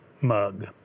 mug